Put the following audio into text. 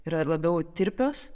yra labiau tirpios